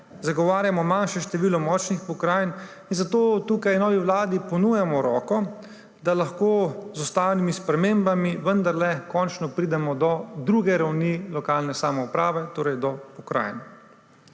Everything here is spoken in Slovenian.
Zagovarjamo manjše število močnih pokrajin in zato tukaj novi vladi ponujamo roko, da lahko z ostalimi spremembami vendarle končno pridemo do druge ravni lokalne samouprave, torej do pokrajine.